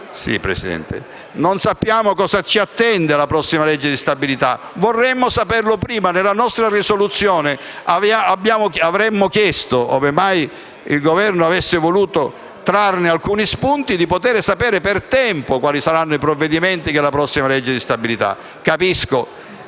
Sì, Presidente. Non sappiamo cosa ci attende nella prossima legge di stabilità mentre vorremmo saperlo prima. Nella nostra proposta di risoluzione avremmo chiesto, ove mai il Governo avesse voluto trarre alcuni spunti, di poter sapere per tempo quali saranno i provvedimenti che si adotteranno con la prossima legge di stabilità. Capisco,